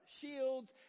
shields